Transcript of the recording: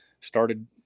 started